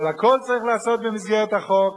אבל הכול צריך להיעשות במסגרת החוק,